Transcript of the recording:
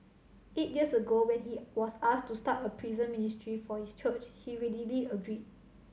eight years ago when he was asked to start a prison ministry for his church he readily agreed